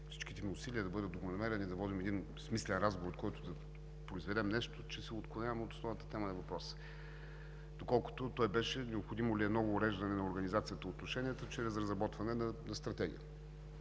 всичките ми усилия да бъда добронамерен и да водим един смислен разговор, в който да произведем нещо, че се отклоняваме от основната тема на въпроса, доколкото той беше: необходимо ли е ново уреждане на организацията и отношенията чрез разработване на стратегия,